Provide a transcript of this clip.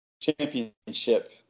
Championship